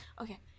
Okay